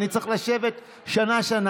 אני צריך לשבת שנה-שנה.